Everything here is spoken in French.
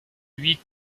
huit